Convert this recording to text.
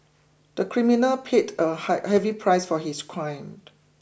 the criminal paid a high heavy price for his crime